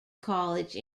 college